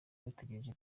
bategereje